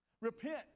Repent